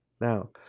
Now